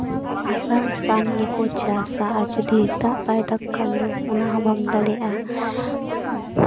ᱟᱥᱟᱲ ᱥᱟᱱ ᱜᱮᱠᱚ ᱪᱟᱥᱼᱟ ᱡᱩᱫᱤ ᱫᱟᱜ ᱵᱟᱭ ᱫᱟᱜ ᱠᱷᱟᱱ ᱫᱚ ᱚᱱᱟ ᱦᱚᱸᱵᱟᱭ ᱫᱟᱲᱮᱭᱟᱜᱼᱟ